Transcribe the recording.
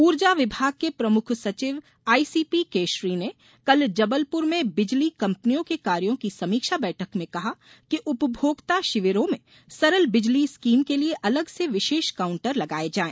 ऊर्जा विभाग के प्रमुख सचिव आईसीपी केशरी ने कल जबलपुर में बिजली कंपनियों के कार्यों की समीक्षा बैठक में कहा कि उपभोक्ता शिविरों में सरल बिजली स्कीम के लिए अलग से विशेष काउंटर लगाये जाए